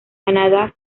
canada